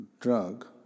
drug